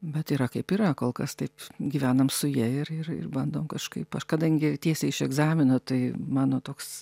bet yra kaip yra kol kas taip gyvenam su ja ir ir ir bandom kažkaip aš kadangi tiesiai iš egzamino tai mano toks